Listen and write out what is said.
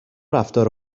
رفتار